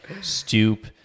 stoop